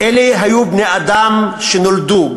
אלה היו בני-אדם שנולדו,